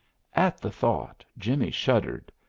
at the thought jimmie shuddered,